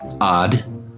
odd